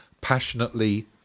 passionately